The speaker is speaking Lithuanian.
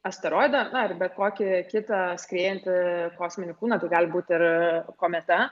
asteroidą na ar bet kokį kitą skriejantį kosminį kūną tai gali būti ir kometa